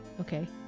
Okay